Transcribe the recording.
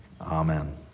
Amen